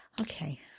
Okay